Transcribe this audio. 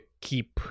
keep